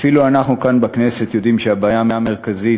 אפילו אנחנו כאן בכנסת יודעים שהבעיה המרכזית